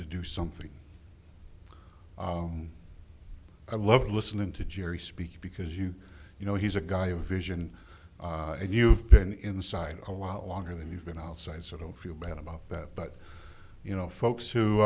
to do something i love listening to jerry speak because you you know he's a guy of vision and you've been inside a lot longer than you've been outside so don't feel bad about that but you know folks